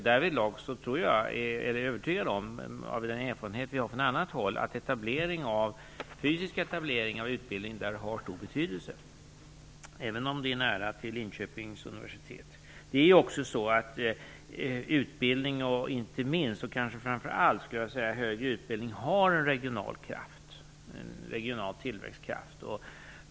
Därvidlag är jag av den erfarenhet vi har från annat håll övertygad om att fysisk etablering av utbildning där har stor betydelse, även om det är nära till Linköpings universitet. Utbildning, och kanske framför allt högre utbildning, har regional tillväxtkraft.